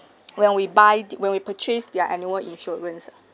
when we buy when we purchase their annual insurance uh